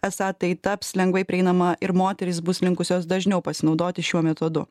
esą tai taps lengvai prieinama ir moterys bus linkusios dažniau pasinaudoti šiuo metodu